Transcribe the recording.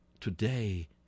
Today